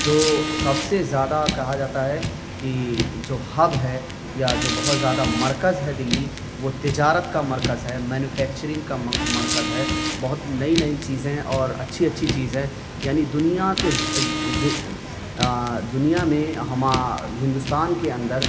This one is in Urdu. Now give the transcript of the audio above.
جو سب سے زیادہ کہا جاتا ہے کہ جو ہب ہے یا جو بہت زیادہ مرکز ہے دلی وہ تجارت کا مرکز ہے مینوفیکچرنگ کا مرکز ہے بہت نئی نئی چیزیں اور اچھی اچھی چیز ہے یعنی دنیا کے دنیا میں ہندستان کے اندر